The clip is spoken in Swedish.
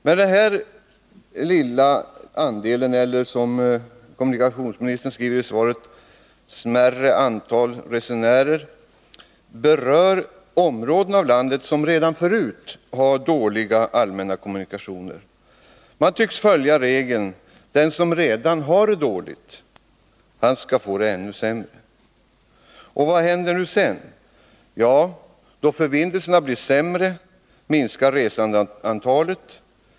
Men den här lilla andelen resenärer — eller, som kommunikationsministern säger, detta ”mindre antal resenärer” — kommer från områden i landet som redan förut har dåliga allmänna kommunikationer. Man tycks följa regeln: Den som redan har det dåligt skall få det ännu sämre. Vad händer sedan? Ja, då förbindelserna blir sämre minskar resandeantalet.